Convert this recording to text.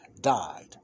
Died